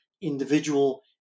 individual